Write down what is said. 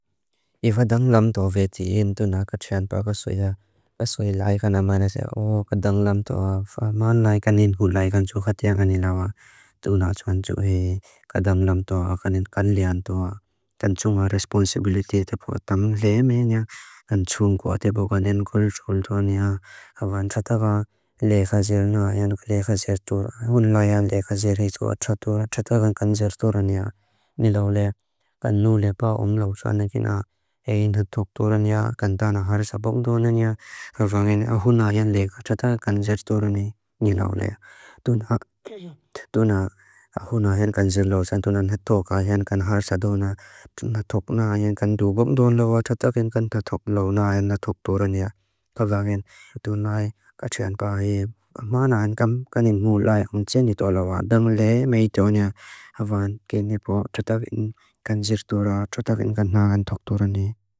Ifa danglam toa veti indu na ka tsyan prakaswaya, kaswaya laikana maina saya, o ka danglam toa, fa maan laikaniin hu laikan chukatia nga nilawa. Tuna chuan chuhi, ka danglam toa, ka niin kan lian toa. Tan chunga responsability te pua tam le me niya, kan chunga kua te pua kaniin gulchul toa niya. Haba nchata ka lekha zir na ayan lekha zir tura, hun laiyan lekha zir hitu atchata tura, atchata kan kan zir tura niya. Nilawa lekha, kan nu le paa om lau chuan agina, ayin hitu tura niya, kan tana harasa bongdona niya. Haba ngin, hun layan lekha, atchata kan zir tura ni, nilawa lekha. Tuna, tuna, hun layan kan zir lau, santunan hitu ka ayin kan harasa dona. Tuna tuk na ayin kan du bongdona lau, atchata kan kan ta tuk lau na ayin na tuk tura niya. Haba ngin, tun lai, ka tsyan prakaya, maana ayin kam, ka niin mu lai ang tsyan ni toa lau. Damu lai mayitonya, haba ngin nipo, atchata kan kan zir tura, atchata kan kan na kan tuk tura ni.